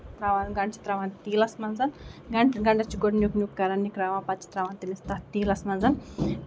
تراوان گَنڈٕ چھِ تراوان تیٖلَس منٛز گنڈٕ گَنڈَس چھُ گۄڈٕ نیُک نیکُ کران نِکراوان پَتہٕ چھِ تراوان تٔمِس تَتھ تیٖلَس منٛز